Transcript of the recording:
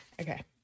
okay